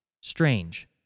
Strange